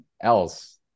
else